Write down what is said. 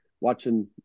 watching